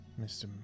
Mr